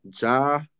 Ja